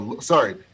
sorry